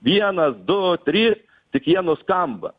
vienas du trys tik jie nuskamba